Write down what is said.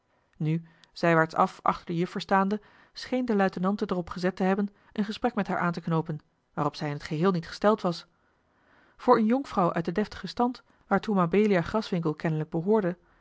nu zijwaarts af achter de juffer staande scheen de luitenant het er op gezet te hebben een gesprek met haar aan te knoopen waarop zij in t geheel niet gesteld was voor een jonkvrouw uit den deftigen stand waartoe mabelia graswinckel kennelijk behoorde